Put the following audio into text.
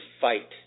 fight